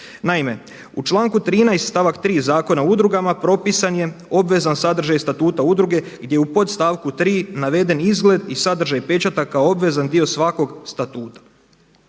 Naime, u članku 13. stavak 3. Zakona o udrugama propisan je obvezan sadržaj statuta udruge gdje u podstavku 3. naveden izgled i sadržaj pečata kao obvezan dio svakog statuta.